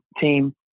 team